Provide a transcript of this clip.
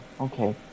okay